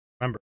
remember